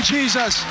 Jesus